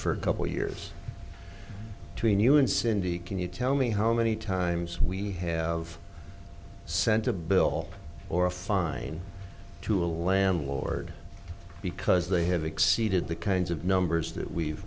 for a couple years tween you and cindy can you tell me how many times we have sent a bill or a fine to a landlord because they have exceeded the kinds of numbers that we've